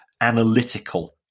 analytical